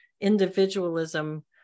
individualism